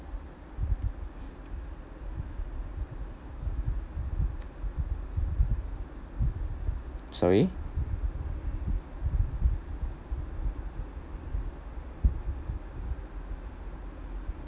sorry